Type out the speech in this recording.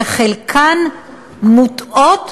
וחלקן מוטעות,